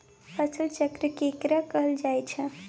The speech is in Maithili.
फसल चक्र केकरा कहल जायत छै?